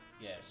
Yes